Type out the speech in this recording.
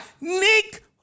Nick